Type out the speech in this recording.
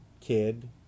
kid